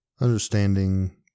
Understanding